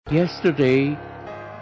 Yesterday